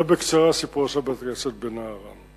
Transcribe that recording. זה בקצרה הסיפור של בית-הכנסת בנערן.